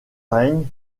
règne